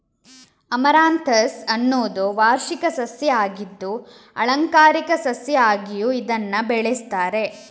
amaranthus ಅನ್ನುದು ವಾರ್ಷಿಕ ಸಸ್ಯ ಆಗಿದ್ದು ಆಲಂಕಾರಿಕ ಸಸ್ಯ ಆಗಿಯೂ ಇದನ್ನ ಬೆಳೆಸ್ತಾರೆ